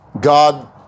God